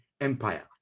Empire